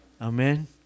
Amen